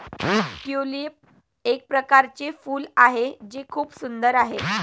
tulip एक प्रकारचे फूल आहे जे खूप सुंदर आहे